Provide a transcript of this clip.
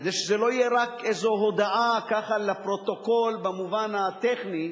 כדי שזו לא תהיה רק איזו הודעה לפרוטוקול במובן הטכני,